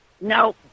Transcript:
no